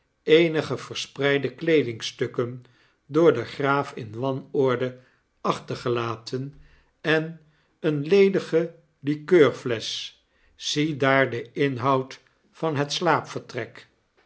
eenige verspreide kleedingstukken door den graal in wanorde achtergelaten en eene ledige likeurflesch ziedaar den inhoud van het